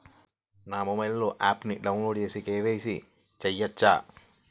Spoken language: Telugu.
నా మొబైల్లో ఆప్ను డౌన్లోడ్ చేసి కే.వై.సి చేయచ్చా?